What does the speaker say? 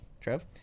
Trev